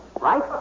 Right